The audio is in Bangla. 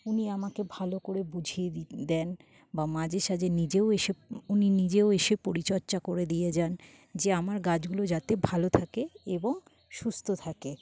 উনি আমাকে ভালো করে বুঝিয়ে দিতে দেন বা মাঝে সাঝে নিজেও এসে উনি নিজেও এসে পরিচর্যা করে দিয়ে যান যে আমার গাছগুলো যাতে ভালো থাকে এবং সুস্থ থাকে